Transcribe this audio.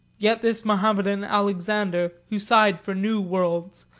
yet this mahometan alexander, who sighed for new worlds,